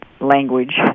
language